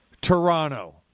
Toronto